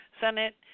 Senate